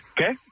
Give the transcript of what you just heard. okay